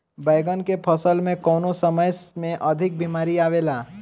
बैगन के फसल में कवने समय में अधिक बीमारी आवेला?